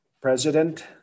president